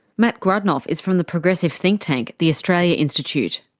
matt grudnoff is from the progressive think tank, the australia institute.